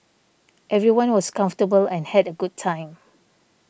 everyone was comfortable and had a good time